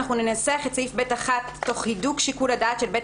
אנחנו ננסח את סעיף (ב)(1) תוך הידוק שיקול הדעת של בית